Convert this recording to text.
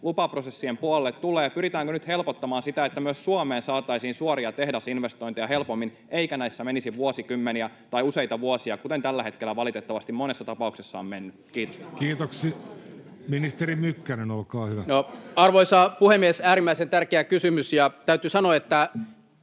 lupaprosessien puolelle tulee? Pyritäänkö nyt helpottamaan sitä, että myös Suomeen saataisiin suoria tehdasinvestointeja helpommin eikä näissä menisi vuosikymmeniä tai useita vuosia, kuten tällä hetkellä valitettavasti monessa tapauksessa on mennyt? — Kiitos. [Antti Kurvinen: Tämä on hyvä kysymys!] Kiitoksia. — Ministeri Mykkänen, olkaa hyvä. Arvoisa puhemies! Äärimmäisen tärkeä kysymys, ja täytyy sanoa, että